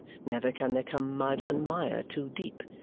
never can there come mud and mire too deep,